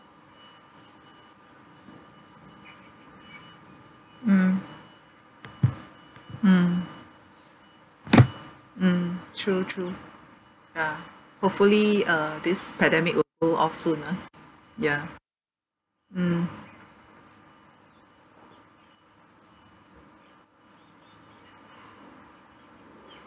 mm mm mm true true ya hopefully uh this pandemic will go off soon ah ya mm